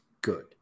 good